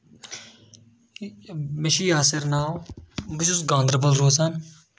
مےٚ چھُ یاسِر ناو بہٕ چھُس گاندربل روزان